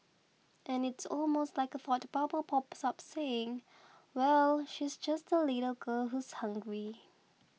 and it's almost like a thought bubble pops up saying well she's just a little girl who's hungry